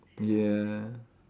ya